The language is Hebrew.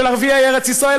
של ערביי ארץ ישראל,